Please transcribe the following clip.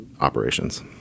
operations